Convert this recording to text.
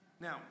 Now